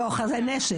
ואוחזי נשק.